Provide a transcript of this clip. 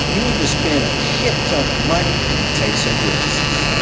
you'll need to spend a shit-ton of money and take some risks.